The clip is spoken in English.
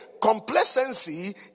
complacency